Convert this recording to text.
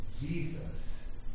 Jesus